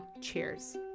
cheers